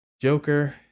Joker